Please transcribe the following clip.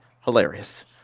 hilarious